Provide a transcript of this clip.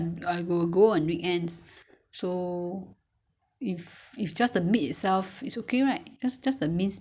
肉碎 eh 只是肉碎我放一点葱可以吗 ah 葱可以吗你可以吃吗肉碎葱可以 ah